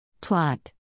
Plot